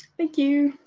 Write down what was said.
thank you!